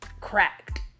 cracked